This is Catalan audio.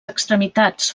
extremitats